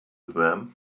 them